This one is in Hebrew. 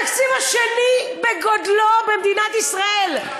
התקציב השני בגודלו במדינת ישראל.